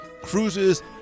cruises